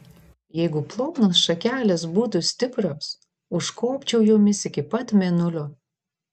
jeigu plonos šakelės būtų stiprios užkopčiau jomis iki pat mėnulio